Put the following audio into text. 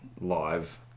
live